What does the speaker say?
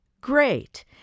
Great